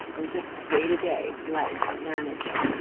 in just day-to-day life and managing,